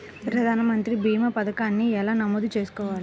ప్రధాన మంత్రి భీమా పతకాన్ని ఎలా నమోదు చేసుకోవాలి?